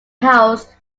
house